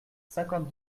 cinquante